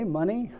money